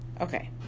Okay